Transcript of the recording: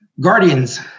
Guardians